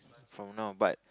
from now but